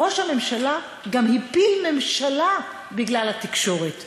ראש הממשלה גם הפיל ממשלה בגלל התקשורת.